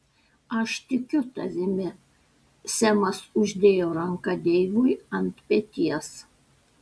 aš tikiu tavimi semas uždėjo ranką deivui ant peties